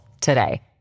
today